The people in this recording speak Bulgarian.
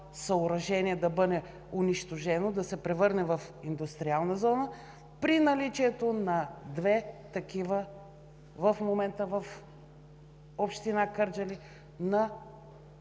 да бъде унищожено, да се превърне в индустриална зона, при наличието на две такива в момента в община Кърджали на